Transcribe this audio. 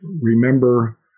remember